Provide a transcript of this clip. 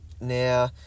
now